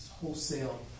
wholesale